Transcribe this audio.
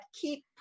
keep